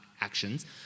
actions